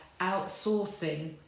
outsourcing